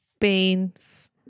beans